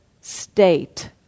state